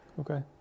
okay